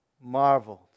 marveled